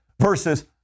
versus